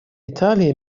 италии